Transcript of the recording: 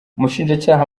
umushinjacyaha